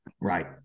right